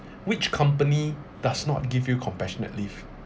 which company does not give you compassionate leave